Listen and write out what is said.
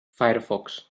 firefox